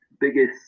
biggest